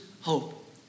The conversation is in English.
hope